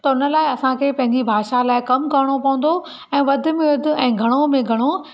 त उन लाइ असांखे पंहिंजी भाषा लाइ कमु करिणो पवंदो ऐं वध में वधि में ऐं घणो में घणो